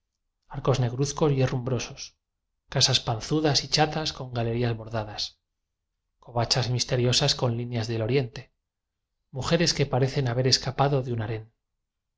arcos negruzcos y herrumbrosos casas panzudas y chatas con galerías bor dadas covachas misteriosas con líneas del oriente mujeres que parecen haber escapa do de